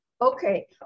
Okay